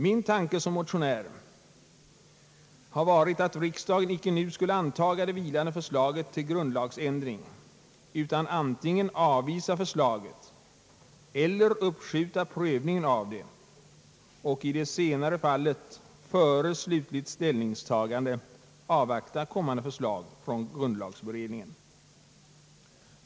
Min tanke med motionen har varit att riksdagen icke nu skulle anta det vilande förslaget till grundlagsändring utan antingen avvisa förslaget eller uppskjuta prövningen av det och i det senare fallet, före slutligt ställningstagande, avvakta kommande förslag från grundlagberedningen.